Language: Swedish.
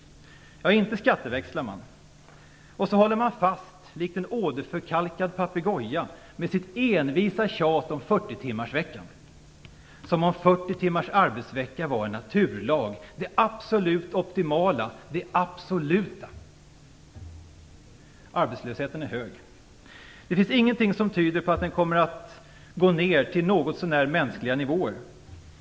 Ja, inte skatteväxlar man. Och så håller man fast, likt en åderförkalkad papegoja, med sitt envisa tjat om 40 timmarsveckan, som om 40 timmars arbetsvecka var en naturlag, det absolut optimala. Arbetslösheten är hög. Det finns igenting som tyder på att den kommer att gå ner till något så när mänskliga nivåer.